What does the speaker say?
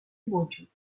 موجود